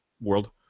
world